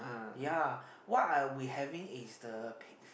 ya what I we having is the pig